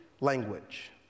language